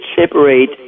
separate